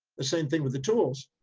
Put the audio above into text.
the same thing with the tools.